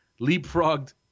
leapfrogged